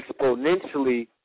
exponentially